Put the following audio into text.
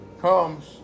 comes